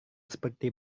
seperti